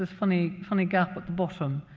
this funny funny gap at the bottom,